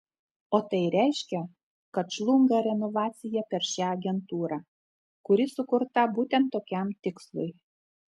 o tai reiškia kad žlunga renovacija per šią agentūrą kuri sukurta būtent tokiam tikslui